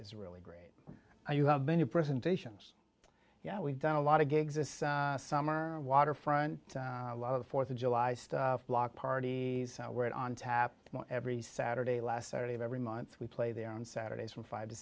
is really great and you have many presentations yeah we've done a lot of gigs this summer waterfront a lot of fourth of july stuff block parties were it on tap every saturday last saturday of every month we play there on saturdays from five to